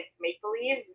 make-believe